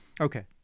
Okay